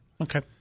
Okay